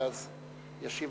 ואז ישיב